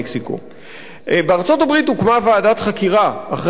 בארצות-הברית הוקמה ועדת חקירה אחרי האסון במפרץ מקסיקו,